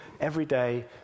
everyday